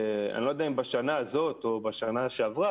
אני לא יודע אם השנה או בשנה שעבר,